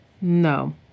No